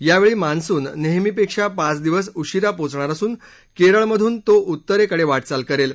यावेळी मान्सून नेहमीपेक्षा पाच दिवस उशीरा पोचणार असून केरळमधून तो उत्तरेकडे वाटचाल करेल